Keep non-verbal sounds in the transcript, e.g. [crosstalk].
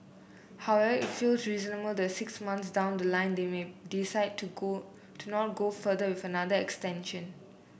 [unintelligible] it feels reasonable that six months down the line they may decide to go to not go further with another extension